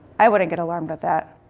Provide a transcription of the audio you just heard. i wouldn't get alarmed at that.